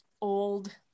old